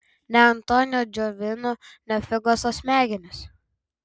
ne antonio džiovino ne figas o smegenis